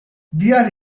diğer